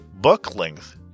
book-length